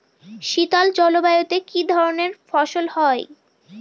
শীতল জলবায়ুতে কি ধরনের ফসল হয়?